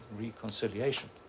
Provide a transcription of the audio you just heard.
Reconciliation